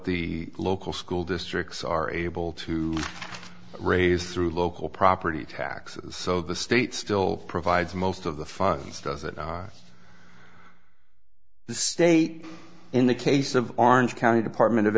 the local school districts are able to raise through local property taxes so the state still provides most of the funds doesn't the state in the case of orange county department of